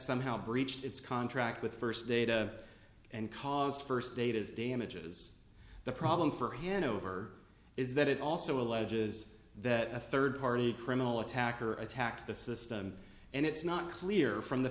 somehow breached its contract with first data and caused first data is damages the problem for hanover is that it also alleges that a third party criminal attacker attacked the system and it's not clear from the